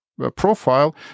profile